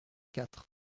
quatre